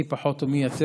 מי פחות ומי יותר.